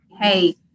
hey